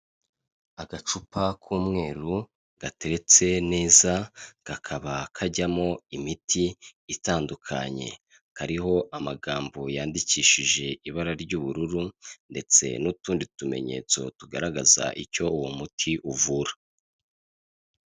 Agacupa k'umweru gateretse neza, kakaba kajyamo imiti itandukanye, kariho amagambo yandikishije ibara ry'ubururu ndetse n'utundi tumenyetso tugaragaza icyo uwo muti uvura.